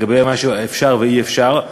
לגבי מה שאפשר ואי-אפשר.